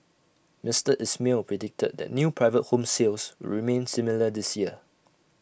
Mister Ismail predicted that new private home sales remain similar this year